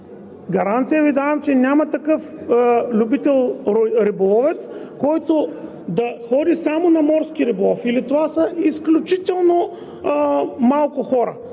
Гаранция Ви давам, че няма такъв любител риболовец, който да ходи само на морски риболов, или това са изключително малко хора.